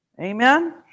Amen